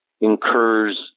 incurs